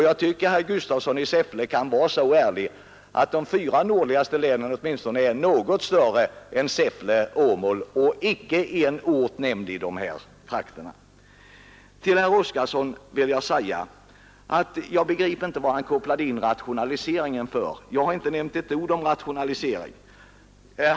Jag tycker att herr Gustafsson i Säffle kan vara så ärlig att han erkänner att de fyra nordligaste länen i varje fall är något större än Säffle-Åmål; jag har ju för övrigt alls inte nämnt någon enskild ort i de trakterna. Jag begriper inte varför herr Oskarson kopplade in rationaliseringen. Jag har inte nämnt ett ord om rationalisering.